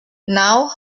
now